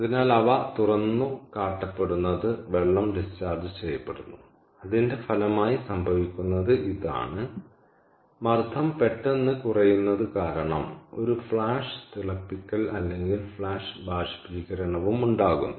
അതിനാൽ അവ തുറന്നുകാട്ടപ്പെടുന്നത് വെള്ളം ഡിസ്ചാർജ് ചെയ്യപ്പെടുന്നു അതിന്റെ ഫലമായി സംഭവിക്കുന്നത് ഇതാണ് മർദ്ദം പെട്ടെന്ന് കുറയുന്നത് കാരണം ഒരു ഫ്ലാഷ് തിളപ്പിക്കൽ അല്ലെങ്കിൽ ഫ്ലാഷ് ബാഷ്പീകരണവും ഉണ്ടാകുന്നു